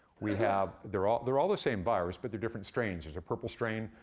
we have they're all they're all the same virus, but they're different strains. there's a purple strain,